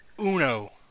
Uno